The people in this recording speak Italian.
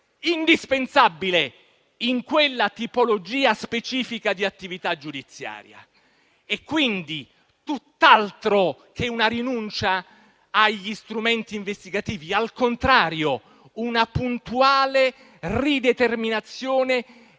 indispensabile in quella tipologia specifica di attività giudiziaria. Quindi, tutt'altro che una rinuncia agli strumenti investigativi; al contrario, una puntuale rideterminazione